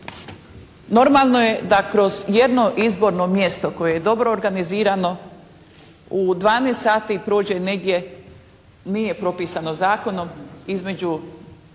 normalno je da kroz jedno izborno mjesto koje je dobro organizirano, u 12 sati prođe negdje, nije propisano zakonom, između